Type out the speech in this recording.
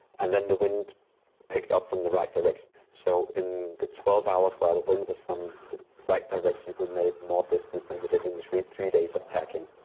and then the wind picked up from the right direction. so, in the twelve hours while the wind was from the right direction, we made more distance than we did in the three three days of tacking.